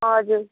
हजुर